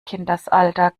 kindesalter